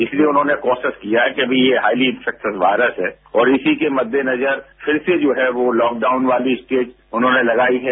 इसलिए उन्होंने प्रोसेस किया है कि अभी ये हाईली इंफेक्टिड वायरस है और इसी के मद्देनजर फिर से जो है वो लॉकडाउन वाली स्टेट उन्होंने लगायी है